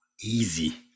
easy